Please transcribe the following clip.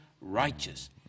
righteous